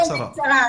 בקצרה.